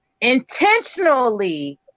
intentionally